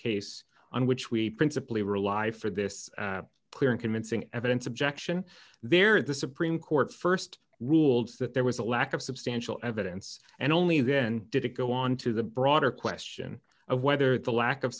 case on which we principally rely for this clear and convincing evidence objection there the supreme court st ruled that there was a lack of substantial evidence and only then did it go on to the broader question of whether the lack of